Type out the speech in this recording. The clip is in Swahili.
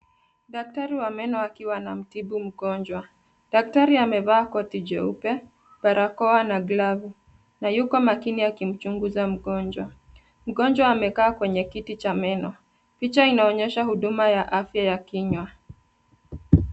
Daktari wa meno akiwa anamtibu mgonjwa. Daktari amevaa koti jeupe, barakoa na glavu na yuko makini akimchunguza mgonjwa. Mgonjwa amekaa kwenye kiti cha meno. Picha inaonyesha huduma ya afya ya kinywa.